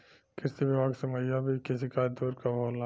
कृषि विभाग से मुहैया बीज के शिकायत दुर कब होला?